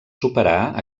superar